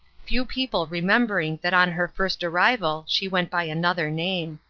few people remembering that on her first arrival she went by another name.